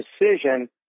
decision